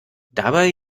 dabei